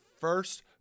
first